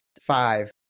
five